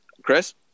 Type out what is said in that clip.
Chris